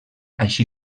així